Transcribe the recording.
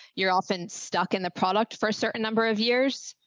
you're often stuck in the product for a certain number of years.